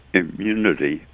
immunity